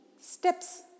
steps